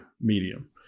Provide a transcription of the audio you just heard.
medium